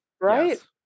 right